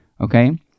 okay